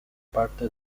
parte